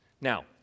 Now